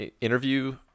interview